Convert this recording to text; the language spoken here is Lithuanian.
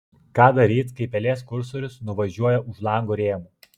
ką daryt kai pelės kursorius nuvažiuoja už lango rėmų